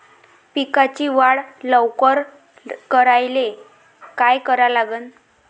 पिकाची वाढ लवकर करायले काय करा लागन?